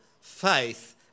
faith